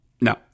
No